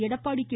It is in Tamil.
எடப்பாடி கே